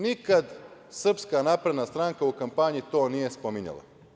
Nikada Srpska napredna stranka u kampanji to nije spominjala.